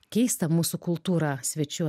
keist tą mūsų kultūrą svečių